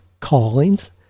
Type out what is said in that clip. callings